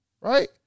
right